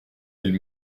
elle